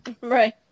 Right